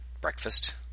breakfast